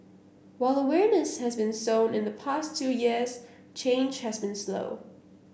while awareness has been sown in the past two years change has been slow